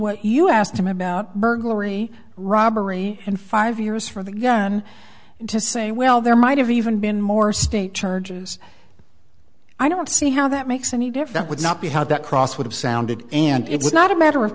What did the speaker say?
what you asked him about burglary robbery and five years for that gun to say well there might have even been more state charges i don't see how that makes any difference would not be how that cross would have sounded and it's not a matter of